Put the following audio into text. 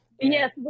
Yes